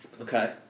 Okay